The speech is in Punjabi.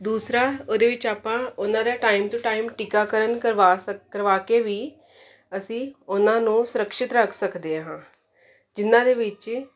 ਦੂਸਰਾ ਉਹਦੇ ਵਿਚ ਆਪਾਂ ਉਹਨਾਂ ਦਾ ਟਾਈਮ ਤੋਂ ਟਾਈਮ ਟੀਕਾਕਰਨ ਕਰਵਾ ਸਕ ਕਰਵਾ ਕੇ ਵੀ ਅਸੀਂ ਉਹਨਾਂ ਨੂੰ ਸੁਰਕਸ਼ਿਤ ਰੱਖ ਸਕਦੇ ਹਾਂ ਜਿਹਨਾਂ ਦੇ ਵਿੱਚ